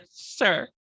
Sure